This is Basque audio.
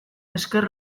esker